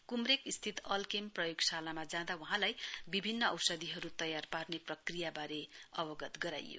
क्मरेक स्थित अल्केम प्रयोगशालामा जाँदा वहाँलाई विभिन्न औषधिहरू तयार गर्ने प्रकियाबारे अवगत गराइयो